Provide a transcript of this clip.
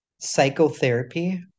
psychotherapy